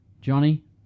Johnny